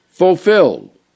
fulfilled